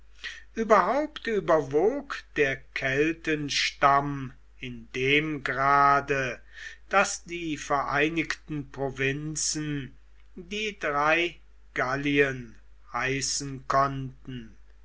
überhaupt überwog der keltenstamm in dem grade daß die vereinigten provinzen die drei gallien heißen konnten